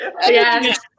Yes